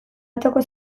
botako